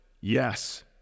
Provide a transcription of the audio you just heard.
yes